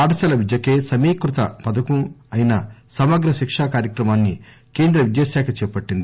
పాఠశాల విద్యకై సమీకృత పథకం అయిన సమగ్ర శికా కార్యక్రమాన్ని కేంద్ర విద్యా శాఖ చేపట్టింది